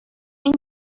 این